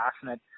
passionate